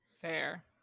Fair